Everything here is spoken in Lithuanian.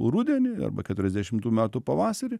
rudenį arba keturiasdešimtų metų pavasarį